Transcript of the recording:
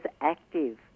active